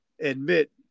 admit